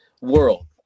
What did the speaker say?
world